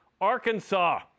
Arkansas